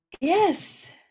Yes